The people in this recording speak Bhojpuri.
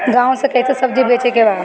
गांव से कैसे सब्जी बेचे के बा?